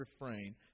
refrain